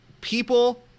people